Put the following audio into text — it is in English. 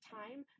time